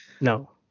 No